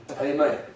amen